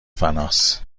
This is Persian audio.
فناس